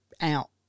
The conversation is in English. out